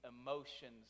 emotions